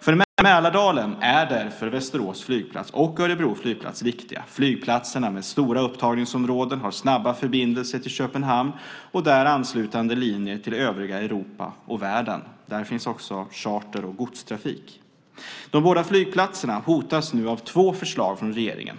För Mälardalen är därför Västerås flygplats och Örebro flygplats viktiga. Flygplatserna, med stora upptagningsområden, har snabba förbindelser med Köpenhamn och där anslutande linjer till övriga Europa och världen. Där finns också charter och godstrafik. De båda flygplatserna hotas nu av två förslag från regeringen.